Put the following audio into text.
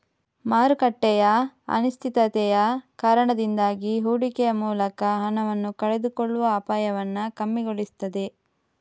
ಮಾರುಕಟ್ಟೆಯ ಅನಿಶ್ಚಿತತೆಯ ಕಾರಣದಿಂದಾಗಿ ಹೂಡಿಕೆಯ ಮೂಲಕ ಹಣವನ್ನ ಕಳೆದುಕೊಳ್ಳುವ ಅಪಾಯವನ್ನ ಕಮ್ಮಿಗೊಳಿಸ್ತದೆ